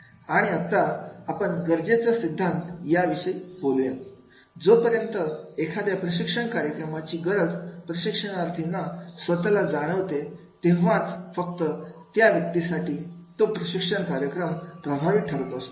आणि आता आपण गरजेचा सिद्धांत विषयी बोलूयात जोपर्यंत एखाद्या प्रशिक्षण कार्यक्रमाची गरज प्रशिक्षणार्थींना स्वतःला जाणवते तेव्हाच फक्त त्या व्यक्तीसाठी तो प्रशिक्षण कार्यक्रम प्रभावी ठरत असतो